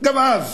גם אז,